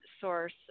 source